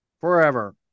forever